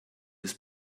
his